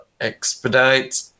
expedite